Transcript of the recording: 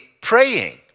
praying